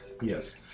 Yes